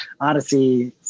Odyssey